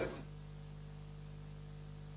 Hvala